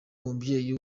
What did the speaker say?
umubyeyi